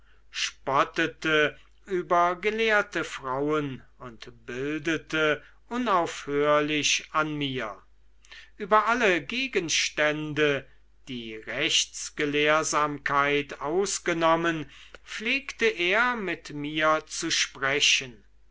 spottete über gelehrte frauen und bildete unaufhörlich an mir über alle gegenstände die rechtsgelehrsamkeit ausgenommen pflegte er mit mir zu sprechen